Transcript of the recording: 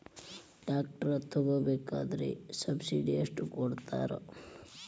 Tractor ತಗೋಬೇಕಾದ್ರೆ subsidy ಎಷ್ಟು ಕೊಡ್ತಾರ?